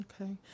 Okay